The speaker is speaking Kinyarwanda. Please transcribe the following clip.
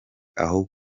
aho